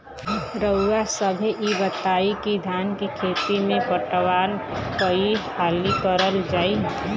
रउवा सभे इ बताईं की धान के खेती में पटवान कई हाली करल जाई?